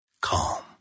calm